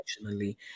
emotionally